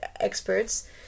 experts